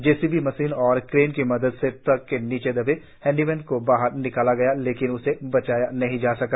जे C B machine और crane की मदद से ट्रक के नीचे दबे हैंडीमेन को बाहर निकाला गया लेकिन उसे बचाया नहीं जा सका